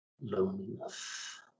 loneliness